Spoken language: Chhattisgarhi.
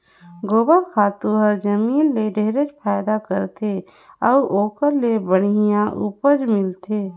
गोबर खातू हर जमीन ल ढेरे फायदा करथे अउ ओखर ले बड़िहा उपज मिलथे